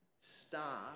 start